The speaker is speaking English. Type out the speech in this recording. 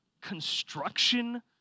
construction